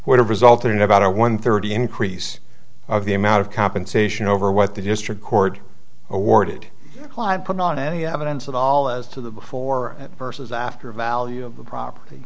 would have resulted in about a one thirty increase of the amount of compensation over what the district court awarded live put on any evidence at all as to the before versus after a value of the property